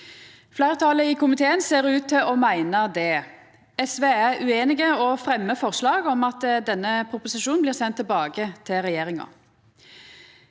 Fleirtalet i komiteen ser ut til å meina det. SV er ueinig og fremjar forslag om at denne proposisjonen blir send tilbake til regjeringa.